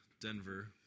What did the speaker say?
Denver